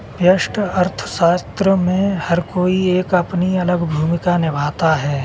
व्यष्टि अर्थशास्त्र में हर कोई एक अपनी अलग भूमिका निभाता है